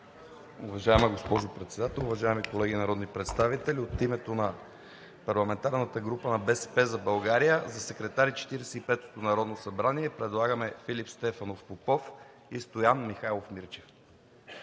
Уважаема госпожо Председател, уважаеми колеги народни представители! От името на парламентарната група на „БСП за България“ за секретари на Четиридесет и петото народно събрание предлагам Филип Стефанов Попов и Стоян Михайлов Мирчев.